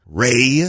ray